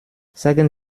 sagen